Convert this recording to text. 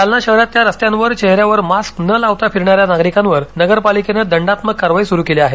जालना शहरातल्या रस्त्यांवर चेहऱ्यावर मास्क न लावता फिरणाऱ्या नागरिकांवर नगरपालिकेनं दंडात्मक कारवाई सुरु केली आहे